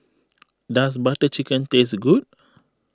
does Butter Chicken taste good